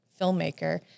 filmmaker